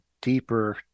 deeper